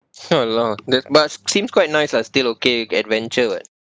!walao! that but seems quite nice lah still okay adventure [what]